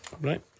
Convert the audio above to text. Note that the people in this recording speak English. Right